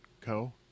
co